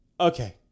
okay